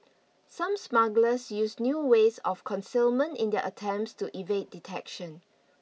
some smugglers used new ways of concealment in their attempts to evade detection